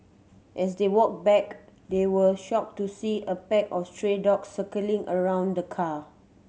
as they walked back they were shocked to see a pack of stray dogs circling around the car